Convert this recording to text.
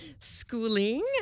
schooling